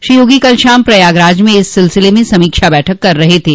श्री योगी कल शाम प्रयागराज में इस सिलसिले में समीक्षा बैठक कर रहे थे